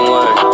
one